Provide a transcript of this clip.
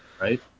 right